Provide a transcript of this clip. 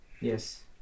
Yes